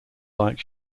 like